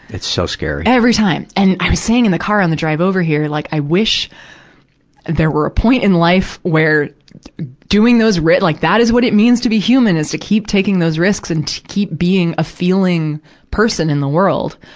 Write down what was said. it's so scary. every time! and i was saying in the car on the drive over here, like, i wish there were a point in life where doing those ri, like, that is what it means to be human, is to keep taking those risks and keep being a feeling person in the world.